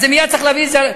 אז מייד צריך להביא את זה,